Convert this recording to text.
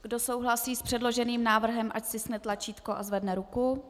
Kdo souhlasí s předloženým návrhem, ať stiskne tlačítko a zvedne ruku.